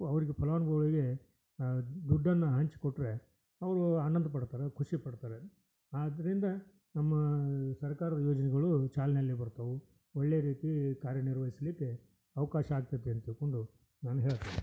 ಅವ್ರಿಗೆ ಫಲಾನುಭವಿಗೆ ದುಡ್ಡನ್ನು ಹಂಚಿಕೊಟ್ರೆ ಅವರು ಆನಂದ ಪಡ್ತಾರೆ ಖುಷಿಪಡ್ತಾರೆ ಆದ್ದರಿಂದ ನಮ್ಮ ಸರ್ಕಾರದ ಯೋಜನೆಗಳು ಚಾಲನೆಯಲ್ಲಿ ಬರ್ತಾವು ಒಳ್ಳೆಯ ರೀತಿ ಕಾರ್ಯನಿರ್ವಹಿಸಲಿಕ್ಕೆ ಅವಕಾಶ ಆಗ್ತದೆ ಅಂತ ಹೇಳ್ಕೊಂಡು ನಾನು ಹೇಳ್ತೇನೆ